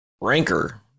Ranker